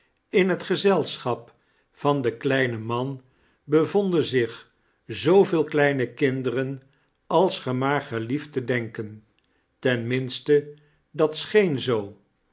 in het gezelschap van den kleinen man bevanden zich zooveel kleine kinderen als ge maar gelieft te denken ten minste dat scheen zoo